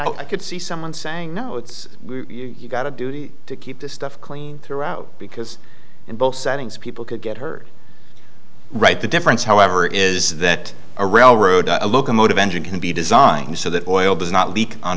i could see someone saying no it's got to do to keep this stuff clean throughout because in both settings people could get heard right the difference however is that a railroad a locomotive engine can be designed so that oil does not leak on